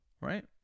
Right